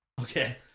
Okay